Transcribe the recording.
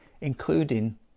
including